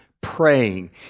praying